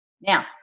Now